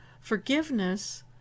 forgiveness